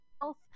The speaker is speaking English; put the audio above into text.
health